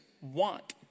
want